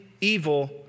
evil